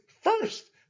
first